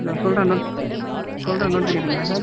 இதோ சொல்கிறேன் நோட் சொல்கிறேன் நோட் பண்ணிக்கிறீங்களா சார்